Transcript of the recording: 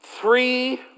three